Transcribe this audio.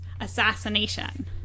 assassination